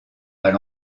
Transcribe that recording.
mal